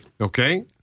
Okay